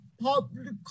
public